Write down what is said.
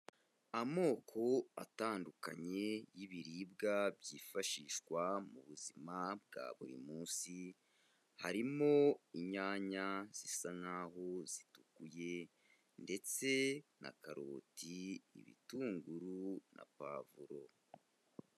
Amoko atandukanye y'ibiribwa byifashishwa mu buzima bwa buri munsi. Harimo inyanya zisa nkaho zitukuye ndetse na karoti, ibitunguru na puavro.